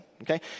Okay